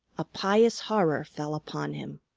a pious horror fell upon him.